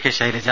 K Shailaja